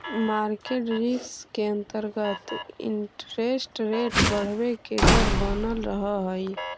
market risk के अंतर्गत interest rate बढ़वे के डर बनल रहऽ हई